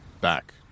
back